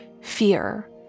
fear